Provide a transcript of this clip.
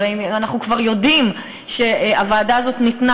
הרי אנחנו כבר יודעים שהוועדה הזאת ניתנה